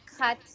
Cut